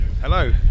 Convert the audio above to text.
Hello